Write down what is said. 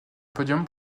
podium